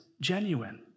genuine